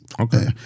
Okay